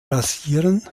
rasieren